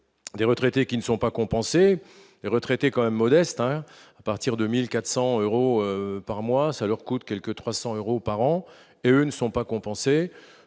des retraités qui ne sont pas compensés et retraités quand même modeste, hein, à partir de 1400 euros par mois, ça leur coûte quelque 300 euros par an, et eux ne sont pas compensés,